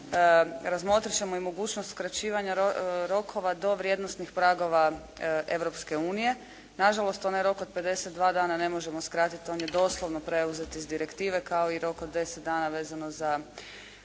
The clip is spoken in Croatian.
Razmotrit ćemo i mogućnost skraćivanja rokova do vrijednosnih pragova Europske unije. Nažalost onaj rok od 52 dana ne možemo skratiti. On je doslovno preuzet iz direktive kao i rok od 10 dana vezano za